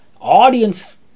audience